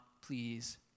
please